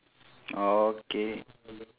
orh K